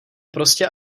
prostě